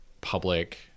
public